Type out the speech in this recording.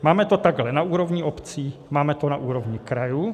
Máme to takhle na úrovni obcí, máme to na úrovni krajů.